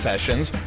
sessions